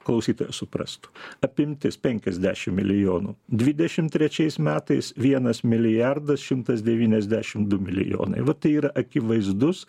klausytojas suprastų apimtis penkiasdešim milijonų dvidešimt trečiais metais vienas milijardas šimtas devyniasdešimt du milijonai va tai yra akivaizdus